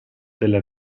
della